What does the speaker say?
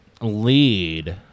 lead